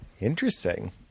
Interesting